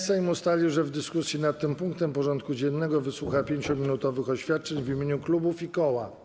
Sejm ustalił, że w dyskusji nad tym punktem porządku dziennego wysłucha 5-minutowych oświadczeń w imieniu klubów i koła.